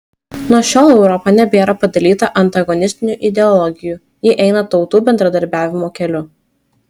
nuo šiol europa nebėra padalyta antagonistinių ideologijų ji eina tautų bendradarbiavimo keliu